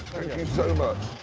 you, so much.